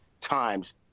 times